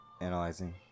analyzing